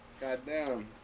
Goddamn